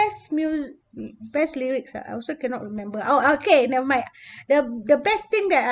best mu~ best lyrics ah I also cannot remember oh oh okay never mind the best thing that I